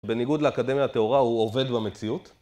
בניגוד לאקדמיה הטהורה הוא עובד במציאות